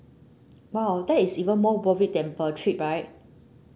!wow! that is even more worth it than per trip right